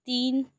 تین